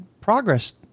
progress